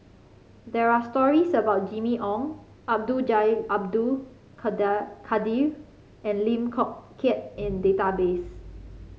there are stories about Jimmy Ong Abdul Jalil Abdul Kadir and Lim Chong Keat in database